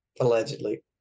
allegedly